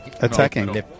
Attacking